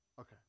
Okay